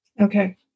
Okay